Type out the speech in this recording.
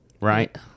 right